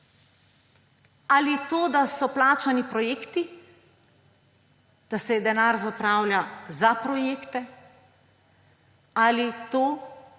Ali to, da so plačani projekti, da se denar zapravlja za projekte, ali to,